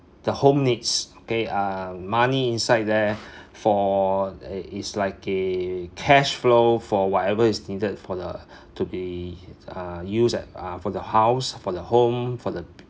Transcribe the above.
the home needs okay uh money inside there for uh it's like a cash flow for whatever is needed for the to be uh used at uh for the house for the home for the